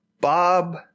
Bob